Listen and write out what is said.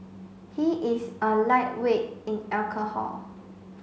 he is a lightweight in alcohol